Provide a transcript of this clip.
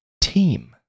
team